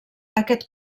aquest